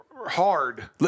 hard